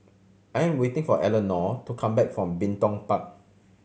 I am waiting for Elenore to come back from Bin Tong Park